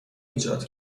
ایجاد